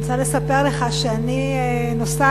אני רוצה לספר לך שאני נוסעת,